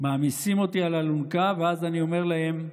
מעמיסים אותי על אלונקה, ואז אני אומר להם: